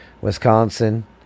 Wisconsin